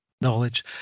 knowledge